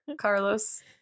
Carlos